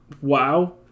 wow